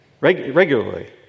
Regularly